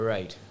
Right